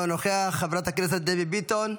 אינו נוכח, חברת הכנסת דבי ביטון,